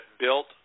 built